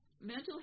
Mental